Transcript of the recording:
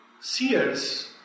seers